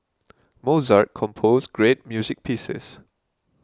Mozart composed great music pieces